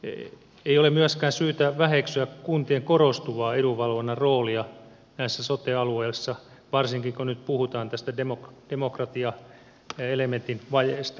ei ole myöskään syytä väheksyä kuntien korostuvaa edunvalvonnan roolia näissä sote alueissa varsinkin kun nyt puhutaan tästä demokratiaelementin vajeesta